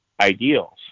ideals